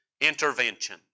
intervention